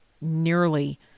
nearly